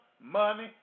money